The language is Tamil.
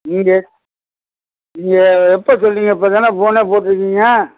நீங்கள் நீங்கள் எப்போ சொன்னீங்க இப்போ தானே ஃபோனே போட்டிருக்கீங்க